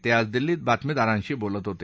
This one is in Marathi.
ते आज दिल्लीत बातमीदारांशी बोलत होते